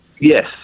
yes